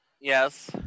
Yes